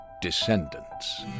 Descendants